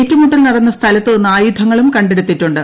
ഏറ്റുമുട്ടൽ നടന്ന സ്ഥലത്ത് നിന്ന് ആയുധങ്ങളും കണ്ടെടുത്തിട്ടുണ്ട്